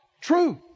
true